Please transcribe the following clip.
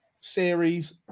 series